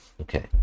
Okay